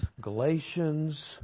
Galatians